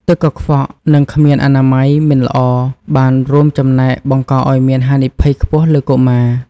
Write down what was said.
ទឹកកង្វក់ និងគ្មានអនាម័យមិនល្អបានរួមចំណែកបង្កឱ្យមានហានិភ័យខ្ពស់លើកុមារ។